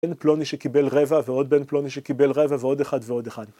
בן פלוני שקיבל רבע ועוד בן פלוני שקיבל רבע ועוד אחד ועוד אחד